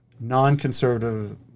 non-conservative